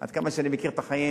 עד כמה שאני מכיר את החיים,